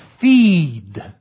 feed